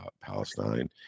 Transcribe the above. Palestine